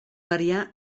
variar